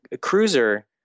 Cruiser